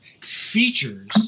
features